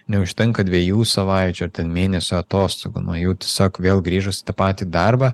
neužtenka dviejų savaičių ar ten mėnesio atostogų nuo jų tiesiog vėl grįžus į tą patį darbą